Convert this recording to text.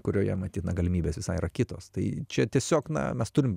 kurioje matyt na galimybės visai yra kitos tai čia tiesiog na mes turim